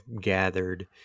gathered